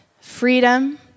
Freedom